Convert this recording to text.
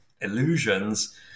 illusions